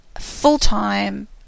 full-time